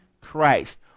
Christ